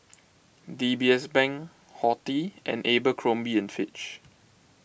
D B S Bank Horti and Abercrombie and Fitch